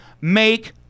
Make